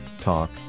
Talk